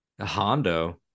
Hondo